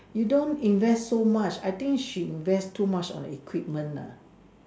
you don't invest so much I think she invest too much on equipment ah